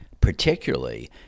particularly